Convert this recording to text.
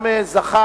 התש"ע